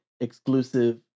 exclusive